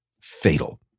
fatal